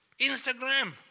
Instagram